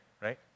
right